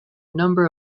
number